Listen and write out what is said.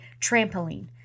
trampoline